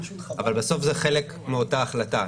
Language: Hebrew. אבל בסוף זה חלק מאותה החלטה.